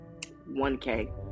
1K